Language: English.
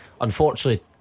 unfortunately